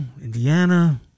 Indiana